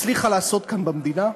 הצליחה לעשות כאן, במדינה,